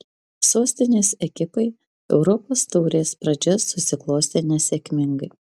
sostinės ekipai europos taurės pradžia susiklostė nesėkmingai